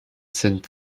sind